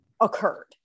occurred